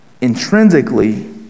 intrinsically